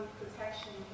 protection